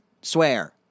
swear